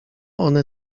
one